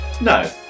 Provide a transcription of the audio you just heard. No